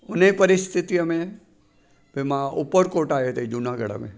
उन ई परिस्थितीअ में भई मां उपर कोट आहे हिते जूनागढ़ में